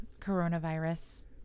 coronavirus